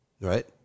Right